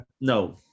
No